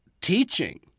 teaching—